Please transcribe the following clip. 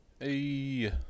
Hey